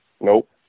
nope